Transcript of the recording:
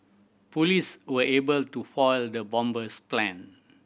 police were able to foil the bomber's plan